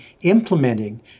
implementing